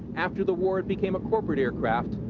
after the war, it became a corporate aircraft,